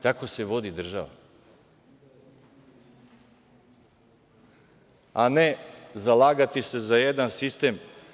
Tako se vodi država, a ne zalagati se za jedan sistem.